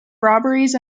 robberies